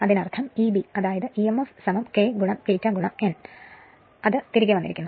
അതിനർത്ഥം Eb അതായത് Emf K ∅ n തിരികെ വരുന്നു